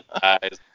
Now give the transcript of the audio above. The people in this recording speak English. guys